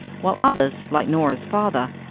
while others, like norah's father,